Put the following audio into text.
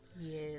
Yes